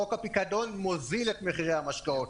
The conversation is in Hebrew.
חוק הפיקדון מוזיל את מחירי המשקאות.